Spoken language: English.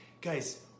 Guys